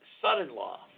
son-in-law